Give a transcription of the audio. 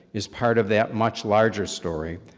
is part of that much larger story,